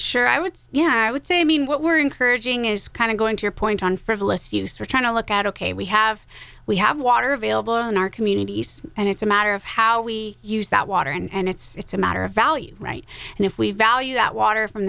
sure i would say yeah i would say i mean what we're encouraging is kind of going to your point on frivolous use we're trying to look at ok we have we have water available in our communities and it's a matter of how we use that water and it's a matter of value right and if we value that water from